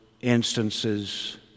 instances